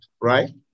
right